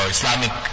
Islamic